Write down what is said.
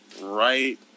right